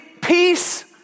peace